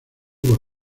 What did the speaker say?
por